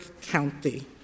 county—